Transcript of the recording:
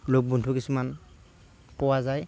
লগ বন্ধু কিছুমান পোৱা যায়